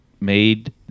made